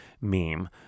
meme